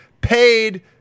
paid